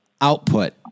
output